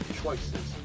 choices